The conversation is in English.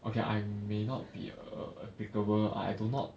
okay I'm may not be applicable I do not